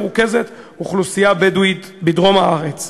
מרוכזת אוכלוסייה בדואית בדרום הארץ.